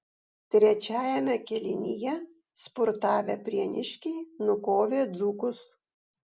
trečiajame kėlinyje spurtavę prieniškiai nukovė dzūkus